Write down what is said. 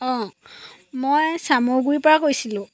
অঁ মই চামৰগুৰিৰপৰা কৈছিলোঁ